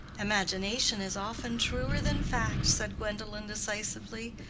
imagination is often truer than fact, said gwendolen, decisively,